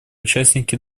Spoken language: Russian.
участники